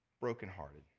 brokenhearted